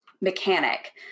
mechanic